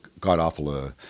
god-awful